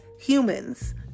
humans